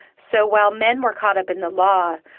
so while men were caught up in the law,